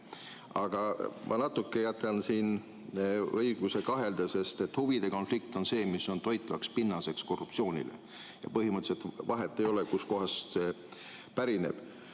Aga ma natuke jätan siin õiguse kahelda, sest huvide konflikt on see, mis on toitvaks pinnaseks korruptsioonile. Ja põhimõtteliselt vahet ei ole, kust kohast see pärineb.